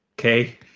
Okay